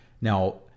Now